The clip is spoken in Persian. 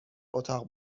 اتاق